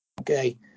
Okay